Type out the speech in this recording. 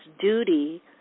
duty